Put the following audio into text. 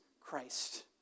Christ